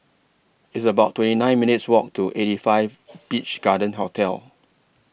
It's about twenty nine minutes' Walk to eighty five Beach Garden Hotel